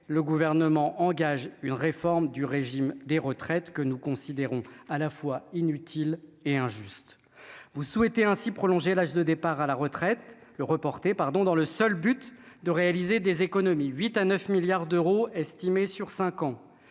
le gouvernement engage une réforme du régime des retraites que nous considérons, à la fois inutile et injuste, vous souhaitez ainsi prolonger l'âge de départ à la retraite, le reporter, pardon, dans le seul but de réaliser des économies 8 à 9 milliards d'euros estimés sur 5 ans,